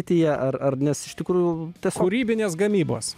tie ar ar nes iš tikrųjų tas kūrybinės gamybos